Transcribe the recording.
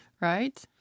Right